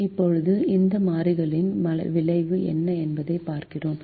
இப்போது இந்த மாற்றத்தின் விளைவு என்ன என்பதைப் பார்க்கிறோம்